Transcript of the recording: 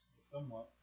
Somewhat